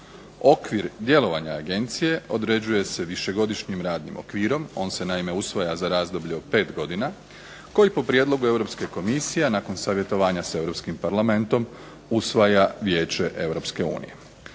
Okvir djelovanja Agencije određuje se višegodišnjim radnim okvirom. On se naime usvaja za razdoblje od 5 godina koji po prijedlogu Europske komisije,a nakon savjetovanja sa Europskim parlamentom usvaja Vijeće EU.